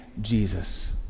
Jesus